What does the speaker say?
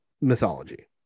mythology